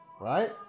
right